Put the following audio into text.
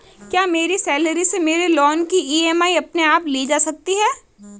क्या मेरी सैलरी से मेरे लोंन की ई.एम.आई अपने आप ली जा सकती है?